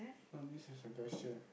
no this is a question